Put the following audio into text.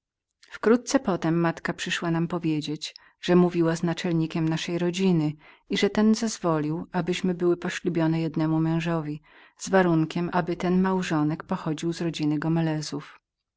wkrótce potem matka przyszła nam powiedzieć że mówiła z naczelnikiem naszej rodziny i że ten zezwolił abyśmy były poślubione jednemu mężowi z warunkiem aby ten małżonek pochodził z